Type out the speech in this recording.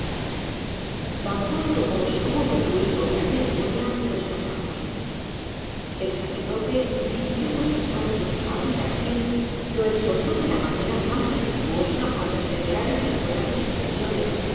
tan pronto como se hubo concluido la ceremonia los casamos el sacerdote dirigiéndose entonces a will atkios lo exhortó de la manera mas afectuosa á perseverar en sus buenas disposiciones